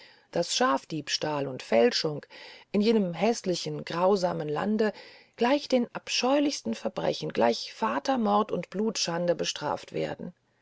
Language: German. daß schafdiebstahl und fälschung in jenem häßlich grausamen lande gleich den abscheulichsten verbrechen gleich vatermord und blutschande bestraft werden